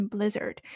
Blizzard